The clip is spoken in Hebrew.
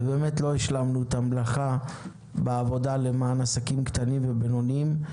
לא השלמנו את המלאכה בעבודה למען עסקים קטנים ובינוניים.